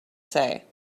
say